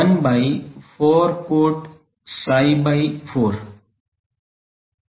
1 by 4 cot psi by 4